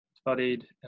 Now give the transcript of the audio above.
studied